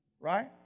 right